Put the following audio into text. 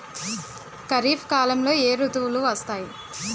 ఖరిఫ్ కాలంలో ఏ ఋతువులు వస్తాయి?